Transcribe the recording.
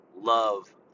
love